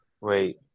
wait